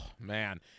man